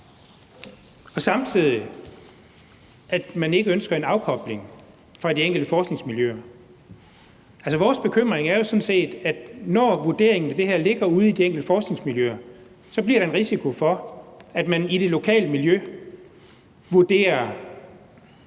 han, at man ikke ønsker en afkobling fra de enkelte forskningsmiljøer. Vores bekymring er jo sådan set, at når vurderingen af det her ligger ude i de enkelte forskningsmiljøer, bliver der en risiko for, at man i det lokale miljø måske